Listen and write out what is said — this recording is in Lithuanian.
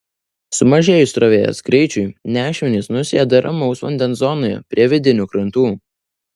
sumažėjus srovės greičiui nešmenys nusėda ramaus vandens zonoje prie vidinių krantų